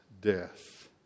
death